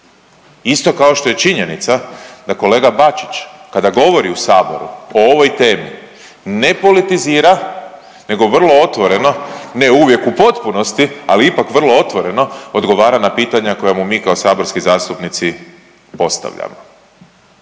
Isto kao što je činjenica da kolega Bačić kada govori u saboru o ovoj temi ne politizira nego vrlo otvoreno, ne uvijek u potpunosti, ali ipak vrlo otvoreno odgovara na pitanja koja mu mi kao saborski zastupnici postavljamo.